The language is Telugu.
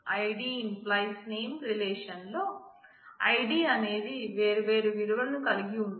id→ name రిలేషన్ లో ఐడి అనేది వేర్వేరు విలువలను కలిగి ఉన్నాయి